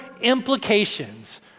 implications